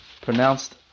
Pronounced